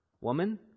woman